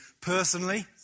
personally